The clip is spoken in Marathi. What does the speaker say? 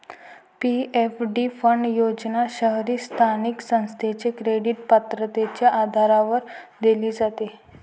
पी.एफ.डी फंड योजना शहरी स्थानिक संस्थेच्या क्रेडिट पात्रतेच्या आधारावर दिली जाते